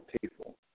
people